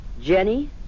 Jenny